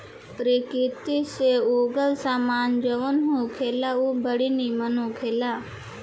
प्रकृति से उगल सामान जवन होखेला उ बड़ी निमन होखेला